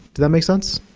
that make sense?